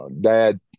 dad